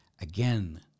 Again